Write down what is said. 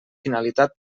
finalitat